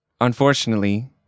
unfortunately